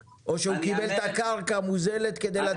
או שהוא קיבל את הקרקע במחיר מוזל כדי לתת דירות לדיור ציבורי.